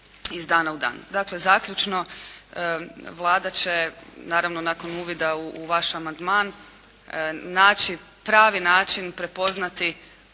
Dakle, zaključno Vlada će, naravno nakon uvida u vaš amandman naći pravi način prepoznati